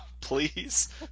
please